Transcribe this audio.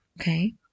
okay